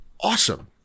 awesome